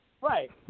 Right